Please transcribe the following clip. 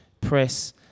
press